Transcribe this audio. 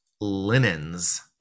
linens